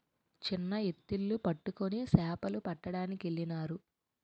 చిన్న ఎత్తిళ్లు పట్టుకొని సేపలు పట్టడానికెళ్ళినారు